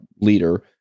leader